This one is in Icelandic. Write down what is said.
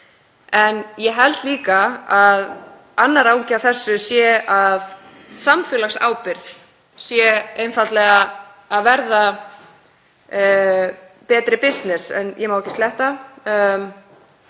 En ég held líka að annar angi af þessu sé að samfélagsábyrgð sé einfaldlega að verða betri „bisness“, en ég má ekki sletta,